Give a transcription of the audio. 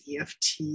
EFT